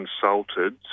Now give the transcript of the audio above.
consulted